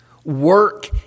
Work